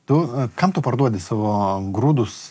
tu kam tu parduodi savo grūdus